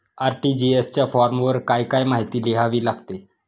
RTGS च्या फॉर्मवर काय काय माहिती लिहावी लागते?